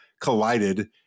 collided